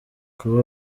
kuba